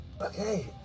Okay